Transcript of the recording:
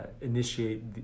initiate